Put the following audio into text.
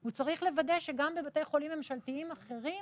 הוא צריך לוודא שגם בבתי חולים ממשלתיים אחרים